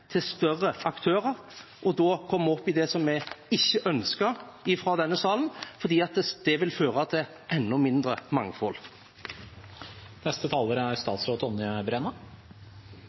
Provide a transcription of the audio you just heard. til større aktører. Da kommer vi opp i den situasjonen som vi i denne salen ikke ønsker, for det vil føre til enda mindre mangfold. Regjeringens mål er